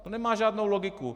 To nemá žádnou logiku.